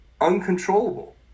uncontrollable